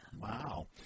Wow